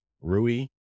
Rui